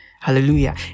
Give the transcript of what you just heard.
Hallelujah